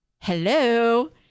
hello